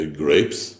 grapes